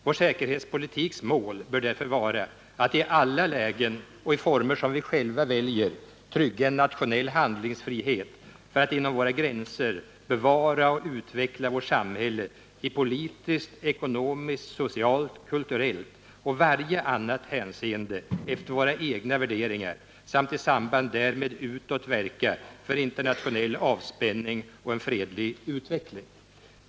Vår säkerhetspolitiks mål bör därför vara att i alla lägen och i former som vi själva väljer trygga en nationell handlingsfrihet för att inom våra gränser bevara och utveckla vårt samhälle i politiskt, ekonomiskt, socialt, kulturellt och varje annat hänseende efter våra egna värderingar samt i samband därmed utåt verka för internationell avspänning och en fredlig utveckling.